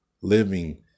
living